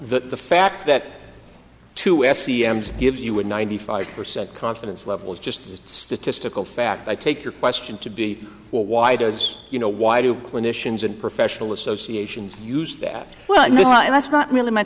the fact that two s c m's gives you would ninety five percent confidence level is just statistical fact i take your question to be well why does you know why do clinicians and professional associations use that well that's not really my